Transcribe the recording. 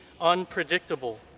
unpredictable